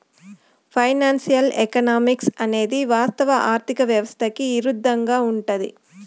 financial economics అనేది వాస్తవ ఆర్థిక వ్యవస్థకి ఇరుద్దంగా ఉంటది